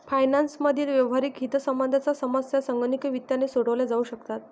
finance मधील व्यावहारिक हितसंबंधांच्या समस्या संगणकीय वित्ताने सोडवल्या जाऊ शकतात